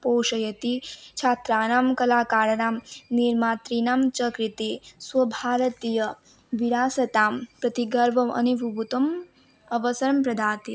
पोषयति छात्राणां कलाकाराणां निर्मातृणां च कृते स्वभारतीयविरासतां प्रतिगर्वं अनुभवितुम् अवसरं प्रददाति